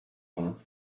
vingt